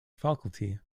faculty